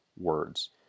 words